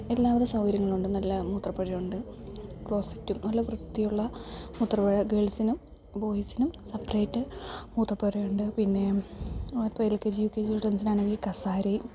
എല്ലാവിധ സൗകര്യങ്ങളുണ്ട് നല്ല മൂത്രപ്പുരയുണ്ട് ക്ലോസറ്റും നല്ല വൃത്തിയുള്ള മൂത്രപ്പുര ഗേൾസിനും ബോയ്സിനും സെപ്പറേറ്റ് മൂത്രപ്പുരയുണ്ട് പിന്നെ ഇപ്പോൾ L K G U K G ചിൽഡ്രൻസിനാണെങ്കിൽ കസേരയും